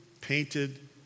painted